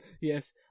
Yes